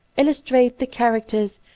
illustrate the charactere,